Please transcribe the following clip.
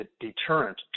deterrent